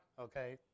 okay